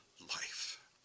life